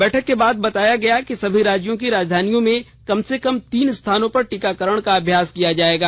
बैठक के बाद बताया गया कि सभी राज्यों की राजधानियों में कम से कम तीन स्थानों पर टीकाकरण का अभ्यास किया जाएगा